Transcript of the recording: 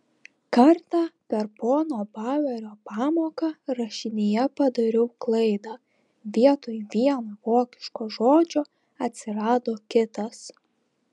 kartą per pono bauerio pamoką rašinyje padariau klaidą vietoj vieno vokiško žodžio atsirado kitas